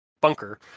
bunker